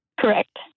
Correct